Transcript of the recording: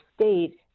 State